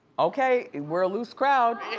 okay, we're a loose crowd.